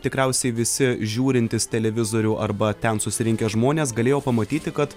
tikriausiai visi žiūrintys televizorių arba ten susirinkę žmonės galėjo pamatyti kad